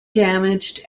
damaged